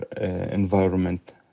environment